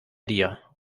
dir